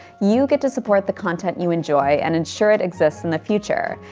you get to support the content you enjoy and ensure it exists in the future,